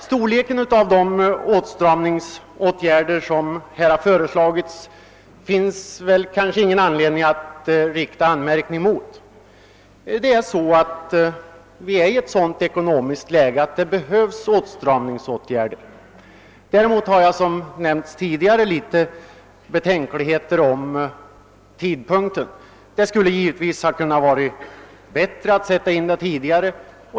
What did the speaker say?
Storleken av de åtstramningsåtgärder som har föreslagits finns det kanske ingen anledning att rikta anmärkning mot. Vi befinner oss ju i ett sådant ekonomiskt läge att det behövs åtstramningsåtgärder. Däremot har vi, som förut nämnts, vissa betänkligheter i fråga om tidpunkten. Det skulle givetvis ha kunnat vara bättre att sätta in åtgärderna tidigare.